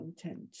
content